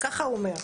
ככה הוא אומר,